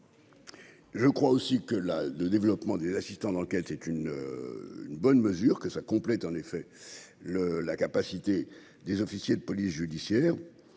Je crois aussi que la le développement des assistants d'enquête est une une bonne mesure que ça complète en effet le la capacité des officiers de police judiciaire